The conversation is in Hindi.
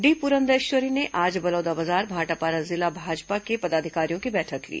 डी पुरंदेश्वरी ने आज बलौदाबाजार भाटापारा जिला भाजपा के पदाधिकारियों की बैठक ली